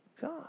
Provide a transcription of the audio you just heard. God